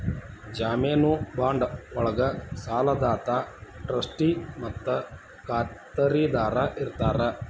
ಜಾಮೇನು ಬಾಂಡ್ ಒಳ್ಗ ಸಾಲದಾತ ಟ್ರಸ್ಟಿ ಮತ್ತ ಖಾತರಿದಾರ ಇರ್ತಾರ